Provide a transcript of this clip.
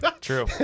True